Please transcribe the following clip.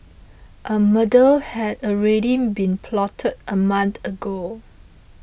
a murder had already been plotted a month ago